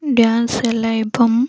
dance ହେଲା ଏବଂ